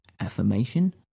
affirmation